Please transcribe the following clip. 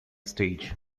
stage